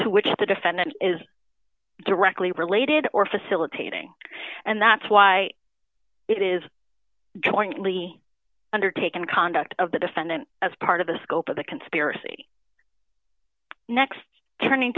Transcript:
to which the defendant is directly related or facilitating and that's why it is jointly undertaken conduct of the defendant as part of the scope of the conspiracy next turning